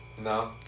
No